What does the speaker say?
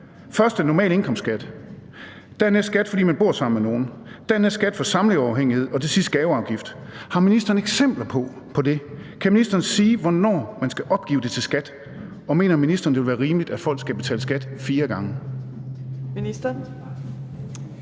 først den normale indkomstskat, dernæst skat, fordi man bor sammen med nogen, dernæst skat for samleverafhængighed og til sidst gaveafgift? Har ministeren eksempler på det? Kan ministeren sige, hvornår man skal opgive det til skattevæsenet? Og mener ministeren, det vil være rimeligt, at folk skal betale skat fire gange?